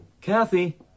Kathy